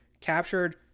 captured